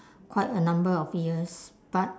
quite a number of years but